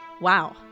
Wow